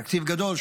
תקציב גדול,